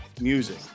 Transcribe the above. music